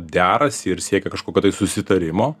derasi ir siekia kažkokio tai susitarimo